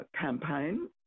campaign